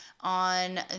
on